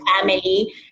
family